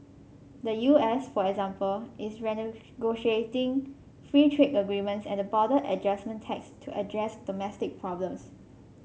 the U S for example is renegotiating free trade agreements and the border adjustment tax to address domestic problems